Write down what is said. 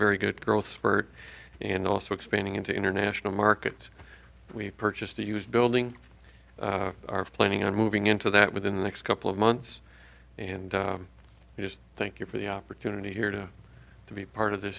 very good growth spurt and also expanding into international markets we've purchased a used building are planning on moving into that within the next couple of months and i just thank you for the opportunity here to be part of the